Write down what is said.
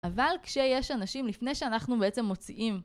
אבל כשיש אנשים לפני שאנחנו בעצם מוציאים